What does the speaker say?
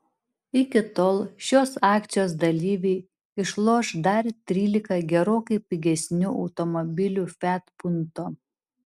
iki tol šios akcijos dalyviai išloš dar trylika gerokai pigesnių automobilių fiat punto